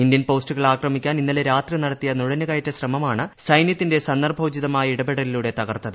Indian പോസ്റ്റുകൾ ആക്രമിക്കാൻ ഇന്നലെ രാത്രി നടത്തിയ നുഴഞ്ഞുകയറ്റ ശ്രമമാണ് സൈന്യത്തിന്റെ സന്ദർഭോചിതമായ ഇടപെടലിലൂടെ തകർത്തത്